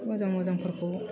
मोजां मोजांफोरखौ